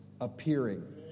appearing